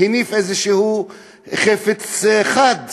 הניף איזשהו חפץ חד,